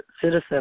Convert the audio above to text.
citizen